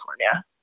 California